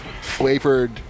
flavored